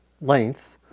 length